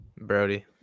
Brody